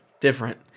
Different